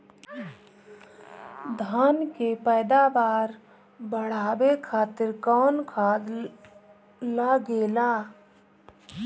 धान के पैदावार बढ़ावे खातिर कौन खाद लागेला?